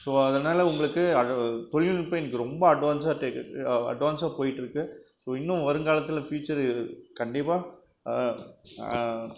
so அதனால உங்களுக்கு தொழில்நுட்ப்பம் இன்னக்கு ரொம்ப அட்வான்ஸாக அட்வான்ஸாக போயிடுட்ருக்கு ஸோ இன்னும் வருங்காலத்தில் ஃபியுச்சரு கண்டிப்பாக